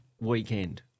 weekend